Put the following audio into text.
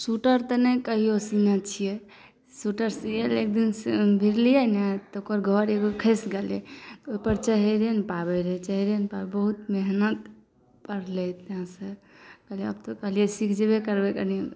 sweater तऽ नहि कहियो सीने छियै स्वेटर सीयै लए एक दिन भिरलियै ने तऽ ओकर घऽर एगो खसि गेलै ओइपर चढ़िये ने पाबै रहै चढ़िये ने पाबै रहै बहुत मेहनत पड़लै ताहिसँ कहलियै अब तऽ सीख जेबे करबै कनी